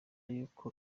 yuko